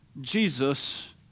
Jesus